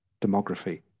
demography